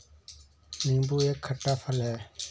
नीबू एक खट्टा फल है